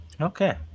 Okay